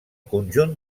conjunt